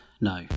No